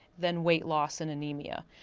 then weight loss and anaemia.